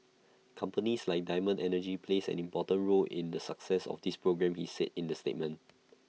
companies like diamond energy play an important role in the success of these programmes he said in A statement